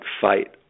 fight